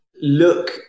look